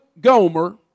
Gomer